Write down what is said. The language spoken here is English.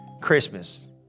Christmas